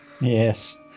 Yes